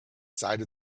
side